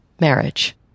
marriage